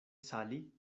sali